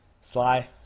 Sly